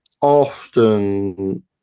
Often